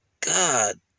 God